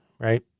right